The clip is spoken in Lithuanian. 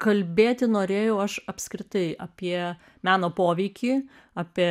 kalbėti norėjau aš apskritai apie meno poveikį apie